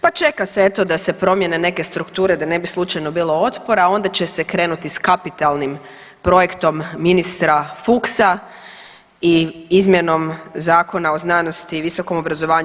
Pa čeka se eto da se promijene neke strukture da ne bi slučajno bilo otpora, a onda će se krenuti s kapitalnim projektom ministra Fuchsa i izmjenom Zakona o znanosti i visokom obrazovanju.